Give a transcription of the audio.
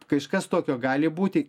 kažkas tokio gali būti